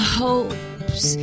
hopes